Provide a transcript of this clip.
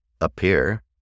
appear